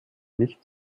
nicht